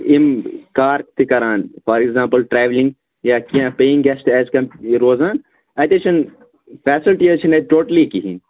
یِم کار تہِ کَران فار ایٚگزامپُل ٹرٛیولِنٛگ یا کیٚنٛہہ پیِٚیِنٛگ گیسٹہٕ ایٚز کَمپِیٲڈ روزان اَتہِ حظ چھِنہٕ فیسَلٹی حظ چھِنہٕ اَتہِ ٹوٹلی کِہیٖنٛۍ